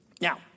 Now